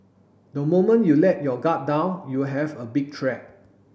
the moment you let your guard down you will have a big threat